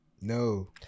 No